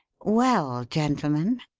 well, gentlemen,